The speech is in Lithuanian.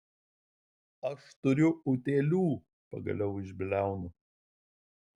aš turiu utėlių pagaliau išbliaunu